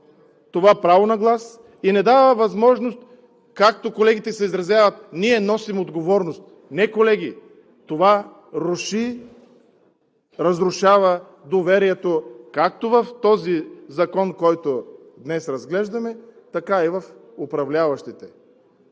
това право на глас и не дава възможност, както колегите се изразяват: ние носим отговорност. Не, колеги, това разрушава доверието както в този закон, който днес разглеждаме, така и в управляващите.